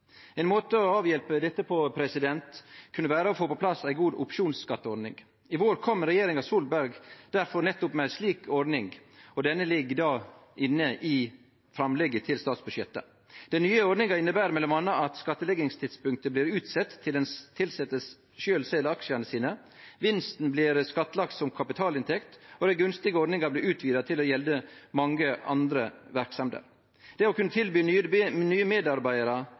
Ein måte å avhjelpe dette på kunne vere å få på plass ei god opsjonsskatteordning. I vår kom regjeringa Solberg derfor med nettopp ei slik ordning, og denne ligg då inne i framlegget til statsbudsjett. Den nye ordninga inneber m.a. at skattleggingstidspunktet blir utsett til den tilsette sjølv sel aksjane sine, vinsten blir skattlagd som kapitalinntekt, og den gunstige ordninga blir utvida til å gjelde mange andre verksemder. Det å kunne tilby nye medarbeidarar eigarskap i bedrifta er ein god og effektiv måte å rekruttere nye medarbeidarar